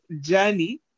journey